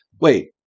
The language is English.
wait